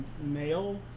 male